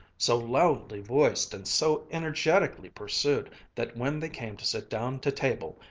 so loudly voiced and so energetically pursued that when they came to sit down to table,